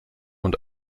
und